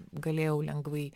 galėjau lengvai